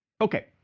Okay